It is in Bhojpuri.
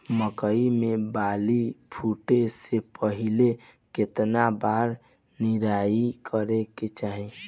मकई मे बाली फूटे से पहिले केतना बार निराई करे के चाही?